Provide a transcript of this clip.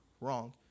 wrong